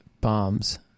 bombs